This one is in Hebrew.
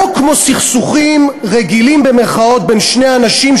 לא כמו סכסוכים "רגילים" בין שני אנשים,